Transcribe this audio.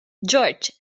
george